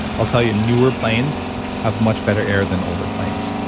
i'll tell you, newer planes have much better air than older planes.